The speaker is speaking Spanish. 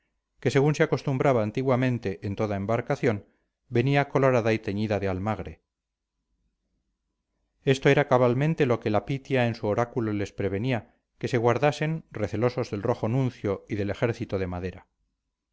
que según se acostumbraba antiguamente en toda embarcación venía colorada y teñida de almagre esto era cabalmente lo que la pitia en su oráculo les prevenía que se guardasen recelosos del rojo nuncio y del ejército de madera